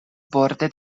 borde